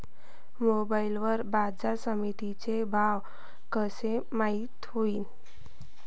Mobile वर बाजारसमिती चे भाव कशे माईत होईन?